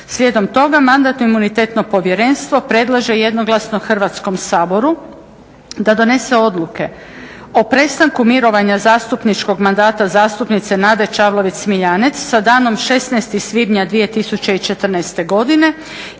Slijedom toga Mandatno-imunitetno povjerenstvo predlaže jednoglasno Hrvatskom saboru da donese odluke o prestanku mirovanja zastupničkog mandata zastupnice Nade Čavlović-Smiljanec sa danom 16. svibnja 2014. godine